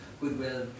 goodwill